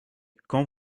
quand